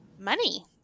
money